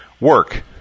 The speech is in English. Work